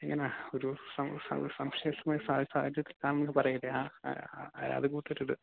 ഇങ്ങനെ ഒരു സംശയാസ്പദമായ സാഹചര്യത്തിൽ കാണുന്നത് ഒക്കെ പറയില്ലേ ആ ആ അത് പോലത്തെ ഒരിത്